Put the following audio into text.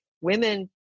women